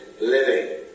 living